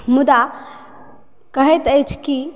मुदा कहैत अछि कि